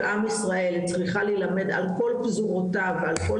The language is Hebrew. עם ישראל צריכה להילמד על כל פזורותיו ועל כל